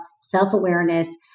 self-awareness